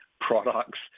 products